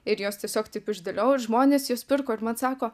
ir juos tiesiog taip išdėliojau ir žmonės juos pirko ir man sako